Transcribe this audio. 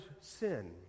sin